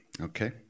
okay